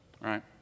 Right